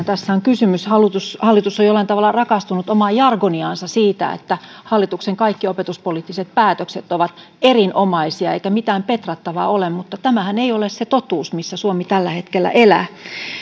tässä on kysymys hallitus hallitus on jollain tavalla rakastunut omaan jargoniinsa siitä että hallituksen kaikki opetuspoliittiset päätökset ovat erinomaisia eikä mitään petrattavaa ole mutta tämähän ei ole se totuus missä suomi tällä hetkellä elää